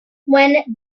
when